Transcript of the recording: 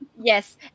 yes